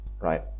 right